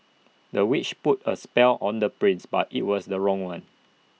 the witch put A spell on the prince but IT was the wrong one